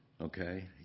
okay